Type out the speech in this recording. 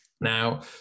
Now